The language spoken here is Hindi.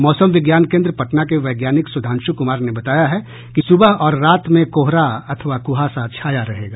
मौसम विज्ञान केन्द्र पटना के वैज्ञानिक सुधांशु कुमार ने बताया है कि सुबह और रात में कोहरा अथवा कुहासा छाया रहेगा